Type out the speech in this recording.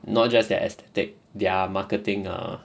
not just their aesthetics their marketing err